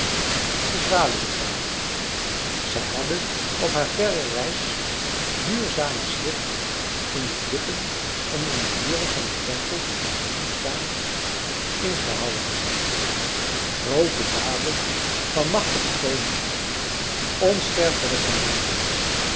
de zwaluwen kwamen zij hadden op haar verre reis duurzamer schrift in de klippen en in de muren van de tempels in hindostan ingehouwen gezien groote daden van machtige koningen onsterfelijke namen